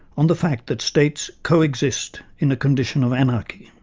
on the fact that states coexist in a condition of anarchy.